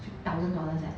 thousand dollars eh